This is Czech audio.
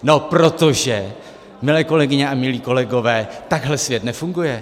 No protože, milé kolegyně a milí kolegové, takhle svět nefunguje.